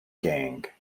gang